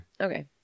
Okay